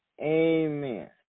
Amen